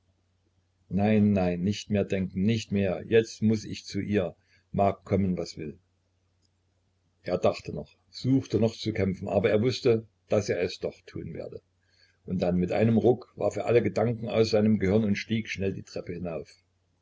nein nein nicht mehr denken nicht mehr jetzt muß ich zu ihr mag kommen was will er dachte noch suchte noch zu kämpfen aber er wußte daß er es doch tun werde und dann mit einem ruck warf er alle gedanken aus seinem gehirn und stieg schnell die treppe hinauf